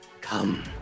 come